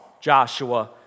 Joshua